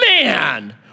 Man